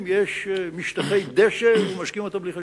יש משטחי דשא ומשקים אותם בלי חשבון.